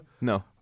no